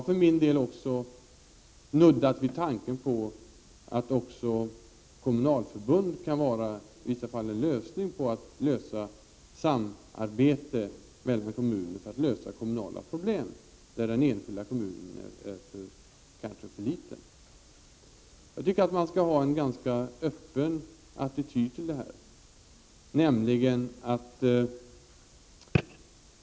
För min del har också nuddat vid tanken på att kommunalförbund i vissa fall kan vara ett organ för att kommunerna skall kunna samarbeta för att lösa kommunala problem när den enskilda kommunen kanske är för liten. Jag tycker att man skall ha en ganska öppen attityd.